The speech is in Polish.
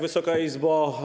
Wysoka Izbo!